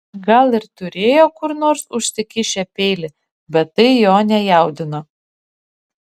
gal ir turėjo kur nors užsikišę peilį bet tai jo nejaudino